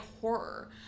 horror